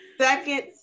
second